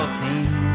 team